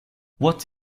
what